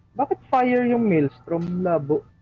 but the prior you know minute rule ah but